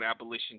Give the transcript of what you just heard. Abolition